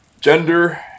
gender